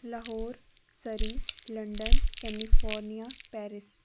Lahore Surrey London California Paris